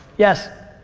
yes?